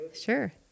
Sure